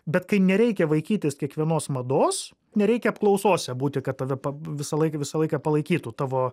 bet kai nereikia vaikytis kiekvienos mados nereikia apklausose būti kad tave visąlaik visą laiką palaikytų tavo